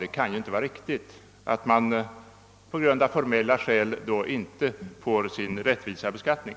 Det kan inte vara riktigt att man av formella skäl inte får sin rättvisa beskattning.